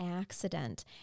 accident